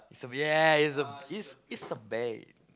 saly ya is a is is a bae